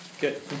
good